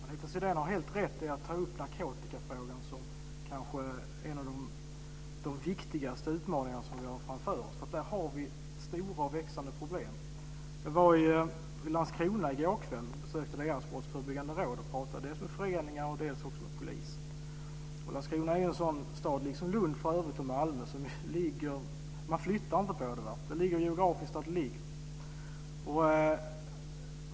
Herr talman! Anita Sidén har helt rätt när hon tar upp narkotikafrågan som en av de viktigaste utmaningar vi har framför oss. Där har vi stora och växande problem. Jag var i Landskrona i går och besökte deras brottsförebyggande råd. Jag pratade med både föreningar och med polis. Landskrona, liksom Lund och Malmö ligger ju geografiskt där de ligger.